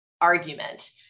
argument